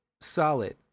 solid